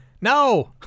no